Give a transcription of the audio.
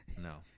no